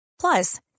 Plus